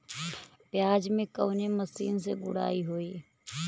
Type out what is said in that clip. प्याज में कवने मशीन से गुड़ाई होई?